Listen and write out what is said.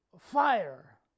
fire